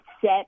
set